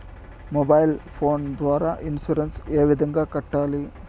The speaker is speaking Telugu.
మొబైల్ ఫోను ద్వారా ఇన్సూరెన్సు ఏ విధంగా కట్టాలి